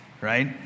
right